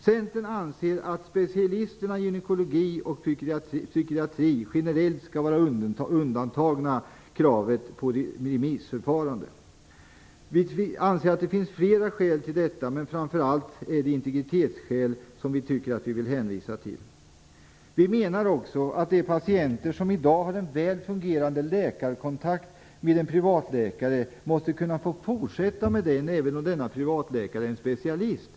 Centern anser att specialisterna inom gynekologi och psykiatri generellt skall vara undantagna kravet på ett remissförfarande. Vi anser att det finns flera skäl till detta, men vi vill framför allt hänvisa till integritetsskäl. Vi menar också att de patienter som i dag har en väl fungerande läkarkontakt med en privatläkare måste kunna få fortsätta att gå till samma läkare även om denna privatläkare är en specialist.